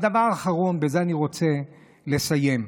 הדבר האחרון, ובזה אני רוצה לסיים,